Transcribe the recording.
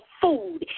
food